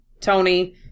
Tony